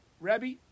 Rabbi